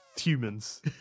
Humans